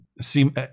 seem